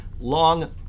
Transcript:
long